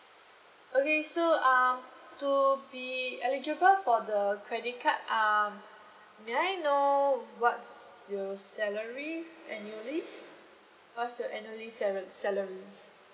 okay so uh to be eligible for the credit card um may I know what's your salary annually how's your annually sala~ salary